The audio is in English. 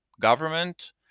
government